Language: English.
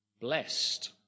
blessed